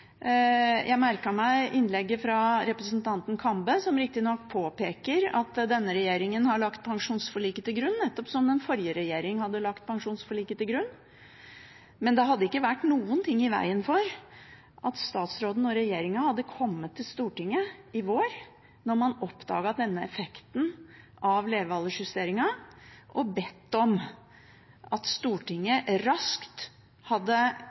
Jeg merket meg innlegget fra representanten Kambe, som riktignok påpeker at denne regjeringen har lagt pensjonsforliket til grunn, nettopp som den forrige regjeringen hadde gjort det. Men det hadde ikke vært noe i veien for at statsråden og regjeringen hadde kommet til Stortinget i vår da man oppdaget denne effekten av levealdersjusteringen, og bedt om at Stortinget raskt